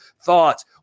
thoughts